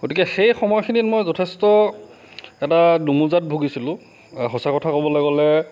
গতিকে সেই সময়খিনিত মই যথেষ্ট এটা দোমোজাত ভূগিছিলোঁ সঁচা কথা কব'লৈ গ'লে